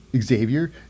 Xavier